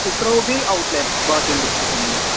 أسۍ ترٛاوَو بیٚیہِ آوُٹ لیٚٹ باقیَن ڈِسٹرکَن منٛز